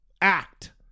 act